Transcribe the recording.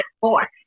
four